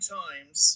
times